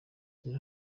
turi